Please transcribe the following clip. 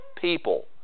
people